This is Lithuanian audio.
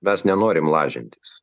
mes nenorim lažintis